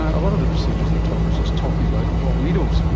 a lot of the procedures that todd was just talking about involve needles,